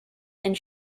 and